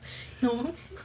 no